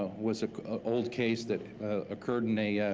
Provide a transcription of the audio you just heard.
ah was an old case that occurred in a yeah